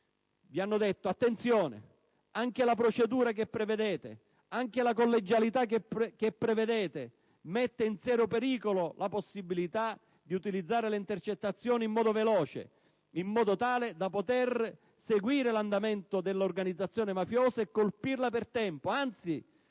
Vi hanno detto: attenzione, anche la procedura che prevedete, la collegialità che prevedete, mette in serio pericolo la possibilità di utilizzare le intercettazioni in modo veloce, in modo tale da poter seguire l'andamento dell'organizzazione mafiosa e colpirla per tempo, anzi